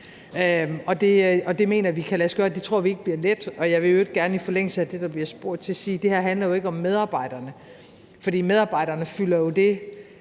det mener vi kan lade sig gøre. Det tror vi ikke bliver let, og jeg vil i øvrigt gerne i forlængelse af det, der bliver spurgt til, sige, at det her jo ikke handler om medarbejderne. For medarbejderne fylder jo det